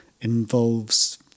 involves